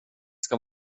ska